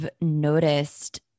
noticed